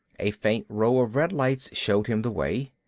a faint row of red lights showed him the way.